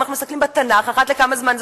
אם אנחנו מסתכלים בתנ"ך זה קורה אחת לכמה זמן.